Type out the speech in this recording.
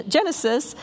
Genesis